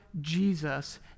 Jesus